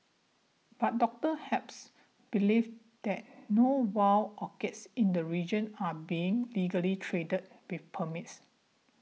but Doctor Phelps believes that no wild orchids in the region are being legally traded with permits